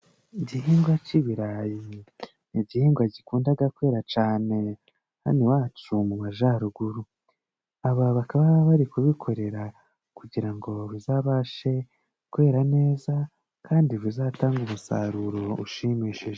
Igihingwa c'ibirayi ni igihingwa gikundaga kwera cane hano iwacu mu Majaruguru, aba bakaba bari kubikorera kugira ngo bizabashe kwera neza, kandi bizatange umusaruro ushimishije.